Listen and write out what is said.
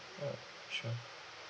uh sure